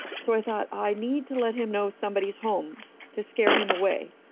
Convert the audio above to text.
so i thought, i need to let him know somebody's home to scare him away.